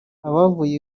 abavuye